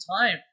time